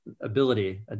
ability